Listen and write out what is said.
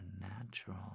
natural